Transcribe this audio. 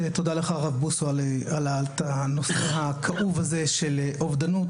תודה לך הרב בוסו על העלאת הנושא הכאוב הזה של אובדנות.